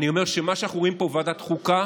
אני אומר שמה שאנחנו רואים פה, ועדת חוקה